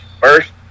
first